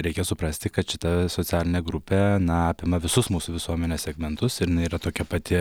reikia suprasti kad šita socialinė grupė apima visus mūsų visuomenės segmentus ir jinai yra tokia pati